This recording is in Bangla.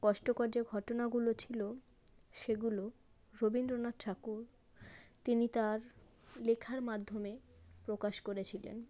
কষ্টকর যে ঘটনাগুলো ছিল সেগুলো রবীন্দ্রনাথ ঠাকুর তিনি তার লেখার মাধ্যমে প্রকাশ করেছিলেন